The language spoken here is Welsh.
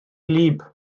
wlyb